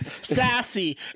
sassy